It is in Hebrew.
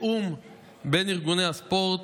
תיאום בין ארגוני הספורט,